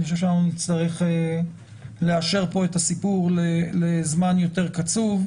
אני חושב שאנחנו נצטרך לאשר פה את הסיפור לזמן יותר קצוב.